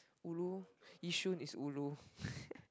ulu Yishun is ulu